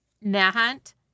Nahant